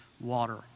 water